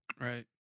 Right